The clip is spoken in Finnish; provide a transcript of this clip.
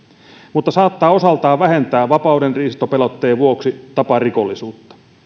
mutta saattaa osaltaan vähentää vapaudenriistopelotteen vuoksi taparikollisuutta